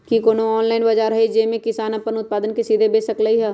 कि कोनो ऑनलाइन बाजार हइ जे में किसान अपन उत्पादन सीधे बेच सकलई ह?